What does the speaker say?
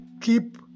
keep